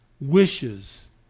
wishes